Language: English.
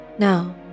Now